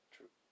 True